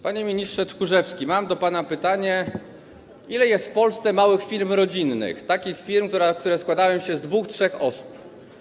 Panie ministrze Tchórzewski, mam do pana pytanie: Ile jest w Polsce małych firm rodzinnych, takich firm, które składają się z dwóch, trzech osób?